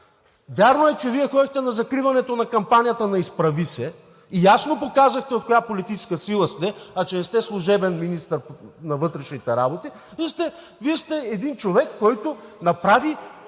Вярно е, че Вие ходихте на закриването на кампанията на „Изправи се!“ и ясно показахте от която политическа сила сте, а че не сте служебен министър на вътрешните работи. Вие сте един човек, който направи